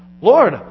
Lord